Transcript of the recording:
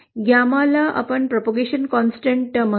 गॅमाला सतत प्रचार निरंतर म्हणतात